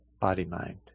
body-mind